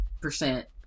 percent